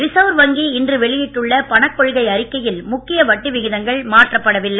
reserve வங்கி இன்று வெளியிட்டுள்ள பணக்கொள்கை அறிக்கையில் முக்கிய வட்டி விகிதங்கள் மாற்றப்படவில்லை